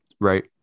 Right